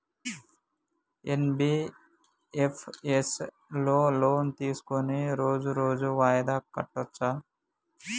NBFS లో loan తీస్కొని రోజు రోజు వాయిదా కట్టచ్ఛా?